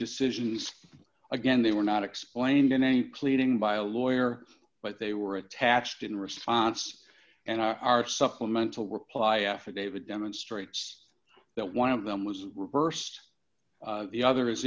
decisions again they were not explained in any pleading by a lawyer but they were attached in response and are supplemental reply affidavit demonstrates that one of them was reversed the other